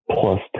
plus